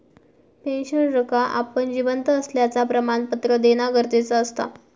पेंशनरका आपण जिवंत असल्याचा प्रमाणपत्र देना गरजेचा असता